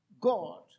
God